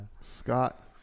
Scott